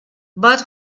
but